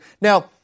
Now